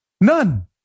None